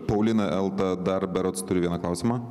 paulina elta dar berods turi vieną klausimą